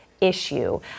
issue